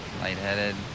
lightheaded